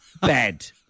bed